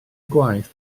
gwaith